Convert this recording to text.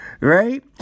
Right